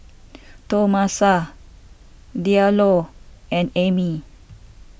Tomasa Diallo and Emmy